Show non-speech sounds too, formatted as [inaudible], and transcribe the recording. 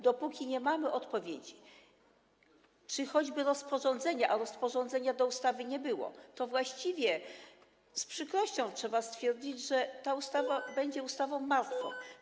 Dopóki nie ma odpowiedzi czy choćby rozporządzenia, a rozporządzenia do ustawy nie było, to właściwie, z przykrością trzeba to stwierdzić, ta ustawa [noise] jest ustawą martwą.